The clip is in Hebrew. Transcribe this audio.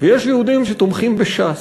ויש יהודים שתומכים בש"ס.